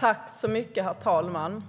Herr talman!